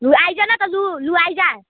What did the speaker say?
ल आइज् न त ल आइज्